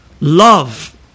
love